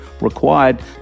required